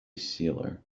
sealer